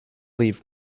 leave